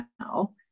now